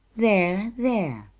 there, there,